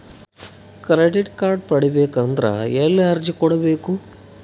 Credit card ಪಡಿಬೇಕು ಅಂದ್ರ ಎಲ್ಲಿ ಅರ್ಜಿ ಕೊಡಬೇಕು?